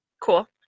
Cool